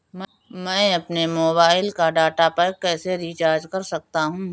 मैं अपने मोबाइल का डाटा पैक कैसे रीचार्ज कर सकता हूँ?